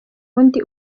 undi